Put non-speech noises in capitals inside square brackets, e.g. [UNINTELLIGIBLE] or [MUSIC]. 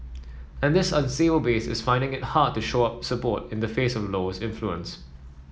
and this [UNINTELLIGIBLE] base is finding it hard to shore up support in the face of Low's influence